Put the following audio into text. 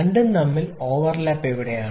രണ്ടും തമ്മിൽ ഓവർലാപ്പ് എവിടെയാണ്